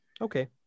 okay